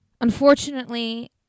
Unfortunately